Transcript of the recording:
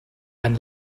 ein